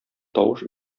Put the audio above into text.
тавыш